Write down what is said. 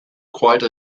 quite